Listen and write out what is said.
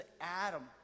Adam